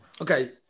okay